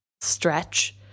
stretch